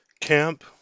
camp